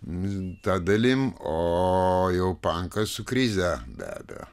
ta dalim o jau pankas su krize be abejo